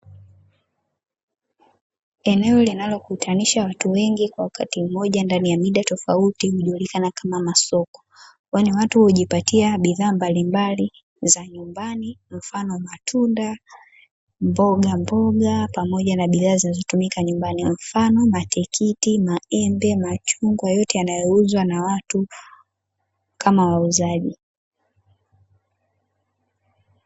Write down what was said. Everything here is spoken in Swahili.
Eneo linalokutanisha watu wengi kwa wakati mmoja ndani ya mida tofauti hujulikana kama masoko. Kwani watu hujipatia bidhaa mbalimbali za nyumbani mfano: matunda, mbogamboga; pamoja na bidhaa zinazotumika nyumbani kwa mfano: matikiti, maembe, machungwa; yote yanayouzwa na watu kama wauzaji.